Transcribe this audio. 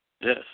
yes